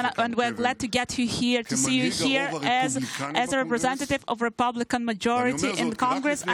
ואנחנו שמחים לקבל את פניך כאן כמנהיג הרוב הרפובליקני בקונגרס.